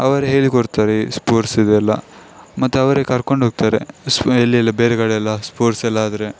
ಅವರೇ ಹೇಳಿಕೊಡ್ತಾರೆ ಈ ಸ್ಪೋರ್ಟ್ಸ್ ಇದೆಲ್ಲ ಮತ್ತೆ ಅವರೇ ಕರ್ಕೊಂಡು ಹೋಗ್ತಾರೆ ಎಲ್ಲಿ ಎಲ್ಲ ಬೇರೆಕಡೆ ಎಲ್ಲ ಸ್ಪೋರ್ಟ್ಸ್ ಎಲ್ಲ ಆದರೆ